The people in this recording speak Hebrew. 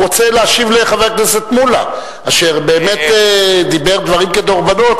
הוא רוצה להשיב לחבר הכנסת מולה אשר באמת דיבר דברים כדרבונות,